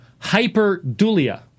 hyperdulia